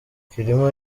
kirimo